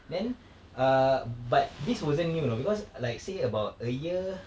then err but this wasn't new you know because like say about a year